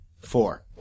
four